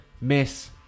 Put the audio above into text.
miss